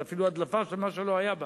זאת אפילו הדלפה של מה שלא היה בה,